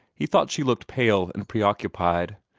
he thought she looked pale and preoccupied,